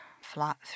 Flat